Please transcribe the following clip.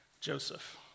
Joseph